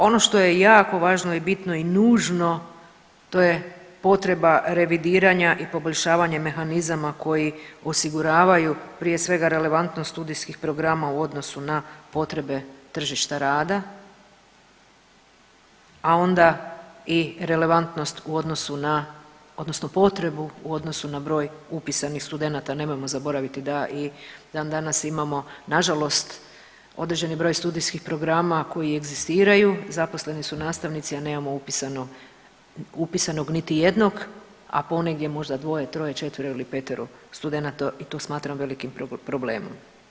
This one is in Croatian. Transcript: Ono što je jako važno i bitno i nužno, to je potreba revidiranja i poboljšavanje mehanizama koji osiguravaju, prije svega, relevantnost studijskih programa u odnosu na potrebe tržišta rada, a onda i relevantnost u odnosu na, odnosno potrebu u odnosu na broj upisanih studenata, nemojmo zaboraviti da i dandanas imamo nažalost određeni broj studijskih programa koji egzistiraju, zaposleni su nastavnici, a nemamo upisanog niti jednog, a ponegdje možda dvoje, troje, četvero ili petero studenata, i to smatram velikim problemom.